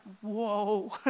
whoa